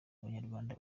abanyarwanda